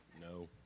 No